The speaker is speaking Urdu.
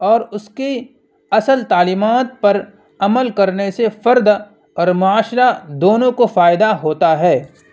اور اس کی اصل تعلیمات پر عمل کرنے سے فرد اور معاشرہ دونوں کو فائدہ ہوتا ہے